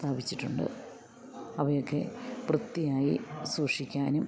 സ്ഥാപിച്ചിട്ടുണ്ട് അവയൊക്കെ വൃത്തിയായി സൂക്ഷിക്കാനും